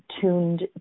tuned